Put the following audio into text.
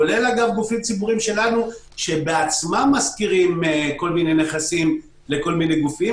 כולל גופים ציבוריים שלנו שבעצמם משכירים כל מיני נכסים לכל מיני גופים,